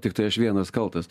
tiktai aš vienas kaltas